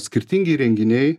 skirtingi įrenginiai